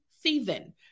season